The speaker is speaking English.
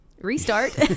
restart